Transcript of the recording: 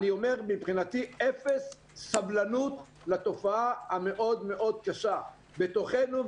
אני אומר שמבחינתי אפס סבלנות לתופעה המאוד מאוד קשה בתוכנו.